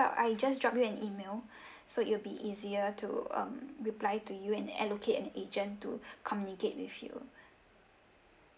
I just drop you an email so it'll be easier to um reply to you and allocate an agent to communicate with you